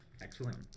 Excellent